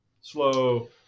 slow